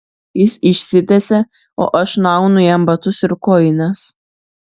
jis išsitiesia o aš nuaunu jam batus ir kojines